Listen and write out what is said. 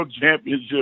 championship